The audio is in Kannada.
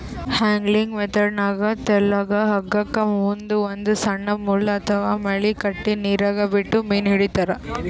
ಯಾಂಗ್ಲಿಂಗ್ ಮೆಥೆಡ್ನಾಗ್ ತೆಳ್ಳಗ್ ಹಗ್ಗಕ್ಕ್ ಮುಂದ್ ಒಂದ್ ಸಣ್ಣ್ ಮುಳ್ಳ ಅಥವಾ ಮಳಿ ಕಟ್ಟಿ ನೀರಾಗ ಬಿಟ್ಟು ಮೀನ್ ಹಿಡಿತಾರ್